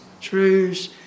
truths